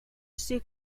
ser